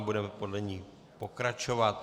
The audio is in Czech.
Budeme podle ní pokračovat.